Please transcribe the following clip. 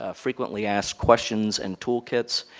ah frequently asked questions, and toolkits.